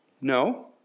No